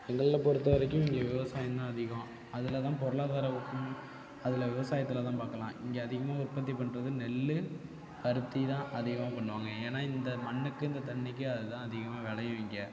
எங்களை பொறுத்தவரைக்கும் இங்கே விவசாயம் தான் அதிகம் அதில்தான் பொருளாதாரம் அதில் விவசாயத்தில் தான் பார்க்கலாம் இங்கே அதிகமாக உற்பத்தி பண்ணுறது நெல் பருத்திதான் அதிகமாக பண்ணுவாங்க ஏன்னால் இந்த மண்ணுக்கு இந்த தண்ணிக்கு அதுதான் அதிகமாக விளையும் இங்கே